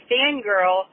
Fangirl